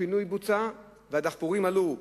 הפינוי בוצע, והדחפורים עלו.